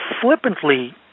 flippantly